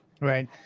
Right